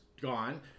gone